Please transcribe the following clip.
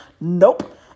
Nope